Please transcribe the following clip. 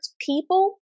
people